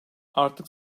artık